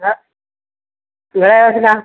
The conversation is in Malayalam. അ നിങ്ങൾ എവിടുന്നാണ്